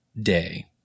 day